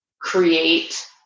create